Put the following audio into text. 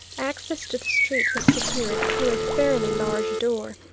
access to the street was secured through a fairly large door,